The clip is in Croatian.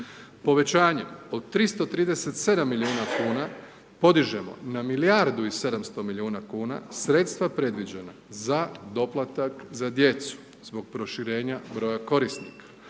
Povećanje od 337 milijuna kuna podižemo na milijardu i 700 milijuna kuna, sredstva predviđena za doplatak za djecu zbog proširenja broja korisnika.